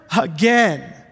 again